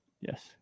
Yes